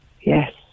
Yes